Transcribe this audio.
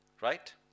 Right